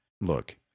Look